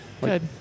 Good